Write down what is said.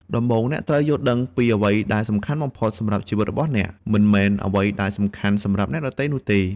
ដំបូង អ្នកត្រូវយល់ដឹងពីអ្វីដែលសំខាន់បំផុតសម្រាប់ជីវិតរបស់អ្នក មិនមែនអ្វីដែលសំខាន់សម្រាប់អ្នកដទៃនោះទេ។